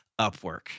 Upwork